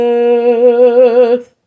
earth